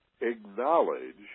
acknowledge